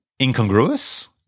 Incongruous